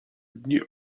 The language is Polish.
dni